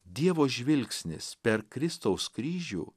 dievo žvilgsnis per kristaus kryžių